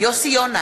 יוסי יונה,